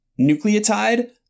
nucleotide